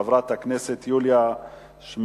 חברת הכנסת יוליה שמאלוב-ברקוביץ,